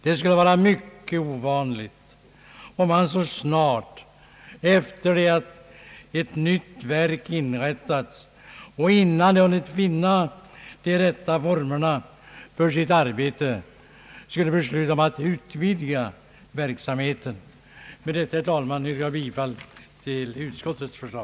Det skulle vara mycket ovanligt om man så snart efter det att ett nytt verk inrättats och innan det hunnit finna de rätta formerna för sitt arbete skulle besluta att utvidga verksamheten. Med detta, herr talman, yrkar jag bifall till utskottets förslag.